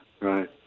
right